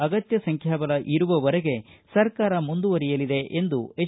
ಅಗತ್ಯ ಸಂಖ್ಯಾಬಲ ಇರುವವರೆಗೆ ಸರ್ಕಾರ ಮುಂದುವರೆಯಲಿದೆ ಎಂದು ಎಚ್